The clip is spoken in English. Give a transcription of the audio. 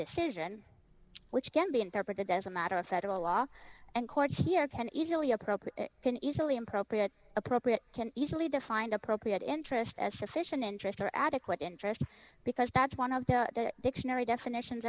decision which can be interpreted as a matter of federal law and courts here can easily appropriate can easily improper it appropriate can easily defined appropriate interest a sufficient interest or adequate interest because that's one of the dictionary definitions